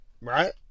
right